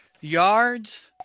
yards